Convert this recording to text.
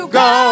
go